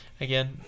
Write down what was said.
again